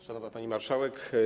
Szanowna Pani Marszałek!